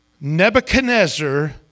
Nebuchadnezzar